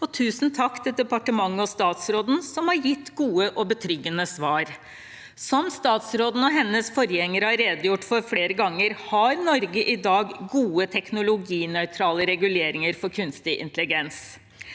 tusen takk til departementet og statsråden, som har gitt gode og betryggende svar. Som statsråden og hennes forgjengere har redegjort for flere ganger, har Norge i dag gode teknologinøytrale reguleringer for kunstig intelligens.